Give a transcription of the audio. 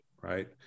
right